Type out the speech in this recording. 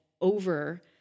over